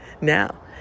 Now